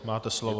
Máte slovo.